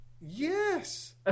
yes